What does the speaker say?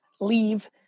leave